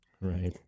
right